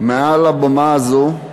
מעל הבמה הזאת,